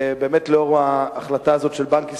לאור ההחלטה הזאת של בנק ישראל.